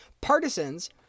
Partisans